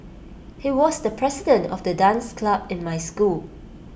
he was the president of the dance club in my school